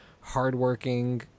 hardworking